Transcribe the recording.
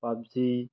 PUBG